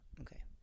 Okay